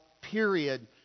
period